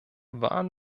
waren